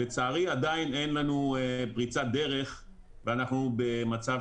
לצערי עדיין אין לנו פריצת דרך ואנחנו במצב